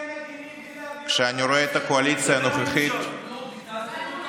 הסכם מדיני בלי להעביר בכנסת, זה גם למשול.